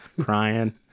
crying